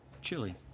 chili